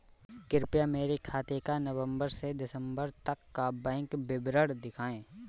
कृपया मेरे खाते का नवम्बर से दिसम्बर तक का बैंक विवरण दिखाएं?